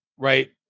Right